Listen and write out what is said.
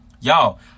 Y'all